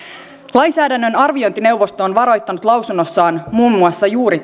lainsäädännön arviointineuvosto on varoittanut lausunnossaan muun muassa juuri